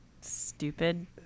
Stupid